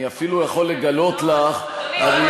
אני אפילו יכול לגלות לך --- נו,